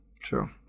True